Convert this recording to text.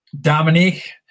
dominique